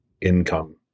income